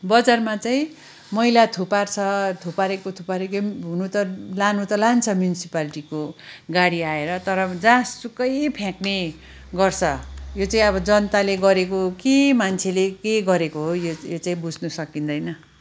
बजारमा चाहिँ मैला थुपार्छ थुपारेको थुपारेकै हुनु त लानु त लान्छ म्युनिसिपेल्टीको गाडी आएर तर जहाँसुकै फ्याँक्ने गर्छ यो चाहिँ अब जनताले गरेको कि मान्छेले के गरेको हो यो चाहिँ बुझ्नु सकिँदैन